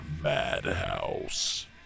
Madhouse